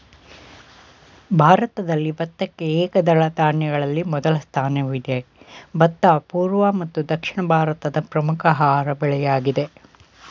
ಭಾರತದಲ್ಲಿ ಭತ್ತಕ್ಕೆ ಏಕದಳ ಧಾನ್ಯಗಳಲ್ಲಿ ಮೊದಲ ಸ್ಥಾನವಿದೆ ಭತ್ತ ಪೂರ್ವ ಹಾಗೂ ದಕ್ಷಿಣ ಭಾರತದ ಪ್ರಮುಖ ಆಹಾರ ಬೆಳೆಯಾಗಯ್ತೆ